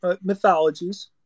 mythologies